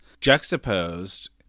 Juxtaposed